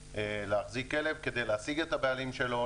להחזיק כלב כדי להשיג את הבעלים שלו,